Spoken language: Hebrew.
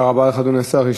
תודה רבה לך, אדוני השר.